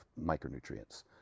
micronutrients